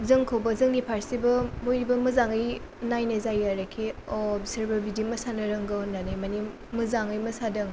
जोंखौबो जोंनि फारसेबो बयबो मोजाङै नायनाय जायो आरो कि अ' बिसोरबो बिदि मोसानो रोंगौ होननानै माने मोजाङै मोसादों